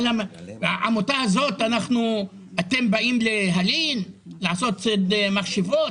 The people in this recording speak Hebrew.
על העמותה הזו אתם באים להלין ולבצע כנגדה ציד מכשפות?